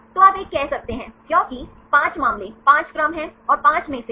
तो आप 1 कह सकते हैं क्योंकि 5 मामले 5 क्रम हैं और 5 में से